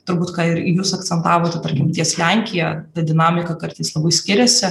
turbūt ką ir jūs akcentavote tarkim ties lenkija ta dinamika kartais labai skiriasi